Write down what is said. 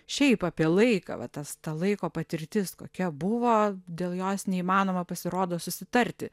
šiaip apie laiką va tas ta laiko patirtis kokia buvo dėl jos neįmanoma pasirodo susitarti